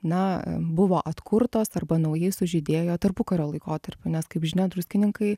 na buvo atkurtos arba naujai sužydėjo tarpukario laikotarpiu nes kaip žinia druskininkai